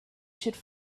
should